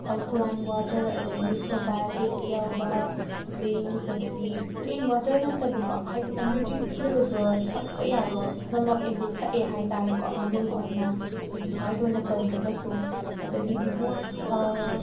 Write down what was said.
alkaline water ꯑꯗꯒꯤ probiotics ꯌꯥꯎꯕ drinks ꯑꯗꯒꯤ ꯄ꯭ꯂꯦꯟ ꯋꯥꯇꯔ ꯅꯠꯇꯕꯀꯣ ꯍꯥꯏꯗꯤ ꯑꯦꯅꯔꯖꯤ ꯄꯤꯒꯗꯕ ꯊꯛꯄ ꯌꯥꯕ ꯄꯨꯝꯅꯃꯛ ꯑꯩꯁꯦ ꯊꯛꯑꯦ ꯍꯥꯏ ꯇꯥꯔꯦꯀꯣ ꯃꯃꯤꯡ ꯑꯣꯏꯅ ꯁ꯭ꯄꯦꯁꯤꯐꯥꯏꯠ ꯑꯣꯏꯅ ꯄꯟꯗ꯭ꯔꯒꯁꯨ ꯑꯗꯒꯤ ꯕꯤꯐꯣꯔ